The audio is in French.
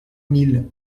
mille